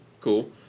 cool